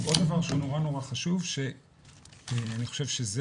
עכשיו עוד דבר שהוא נורא חשוב שאני חושב שזה